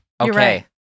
Okay